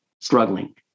struggling